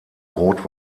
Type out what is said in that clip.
rot